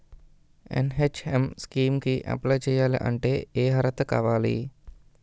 NHM scheme కి apply చేయాలి అంటే ఏ అర్హత కావాలి?